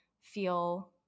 feel